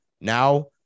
now